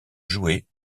jouées